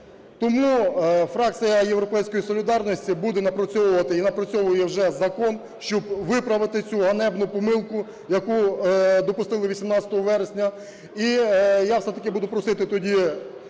Тому фракція "Європейської солідарності" буде напрацьовувати і напрацьовує вже закон, щоб виправити цю ганебну помилку, яку допустили 18 вересня. І я все-таки буду просити тоді